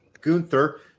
Gunther